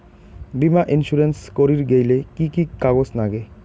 বীমা ইন্সুরেন্স করির গেইলে কি কি কাগজ নাগে?